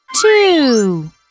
two